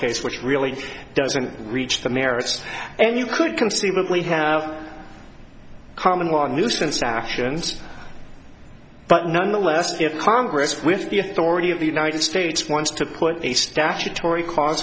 case which really doesn't reach the merits and you could conceivably have common law nuisance actions but nonetheless if congress with the authority of the united states wants to put a statutory cause